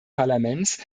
parlaments